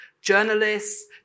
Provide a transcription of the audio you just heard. Journalists